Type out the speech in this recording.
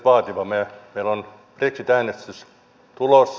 meillä on brexit äänestys tulossa